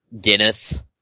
Guinness